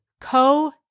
co